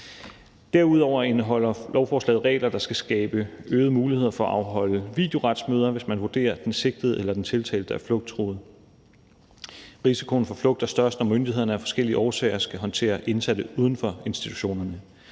det andet indeholder lovforslaget regler, der skal skabe øgede muligheder for at afholde videoretsmøder, hvis man vurderer, at den sigtede eller den tiltalte er flugttruet. Risikoen for flugt er størst, når myndighederne af forskellige årsager skal håndtere indsatte uden for institutionerne.